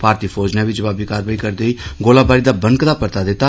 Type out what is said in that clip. भारतीय फौज नै बी जवाबी कारवाई करदे होई गोलाबारी दा बनकदा परता दिता